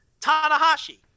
Tanahashi